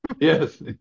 Yes